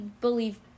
believe